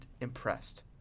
impressed